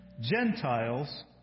Gentiles